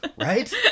Right